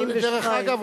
דרך אגב,